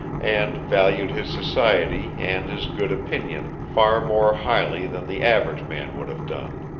and valued his society and his good opinion far more highly than the average man would have done.